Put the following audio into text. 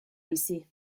bizi